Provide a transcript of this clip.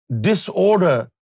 disorder